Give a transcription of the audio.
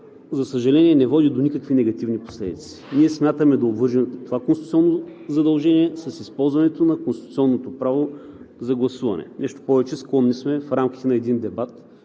за съжаление, не води до никакви негативни последици. Ние смятаме да обвържем това конституционно задължение с използването на конституционното право за гласуване. Нещо повече, склонни сме в рамките на един дебат